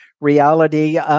reality